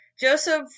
Joseph